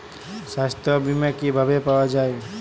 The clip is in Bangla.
সাস্থ্য বিমা কি ভাবে পাওয়া যায়?